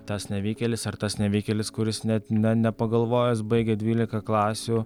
tas nevykėlis ar tas nevykėlis kuris net nepagalvojęs baigia dvylika klasių